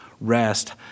rest